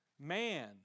man